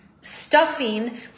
stuffing